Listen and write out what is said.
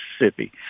Mississippi